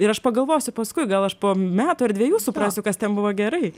ir aš pagalvosiu paskui gal aš po metų ar dvejų suprasiu kas ten buvo gerai